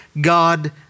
God